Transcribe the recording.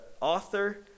author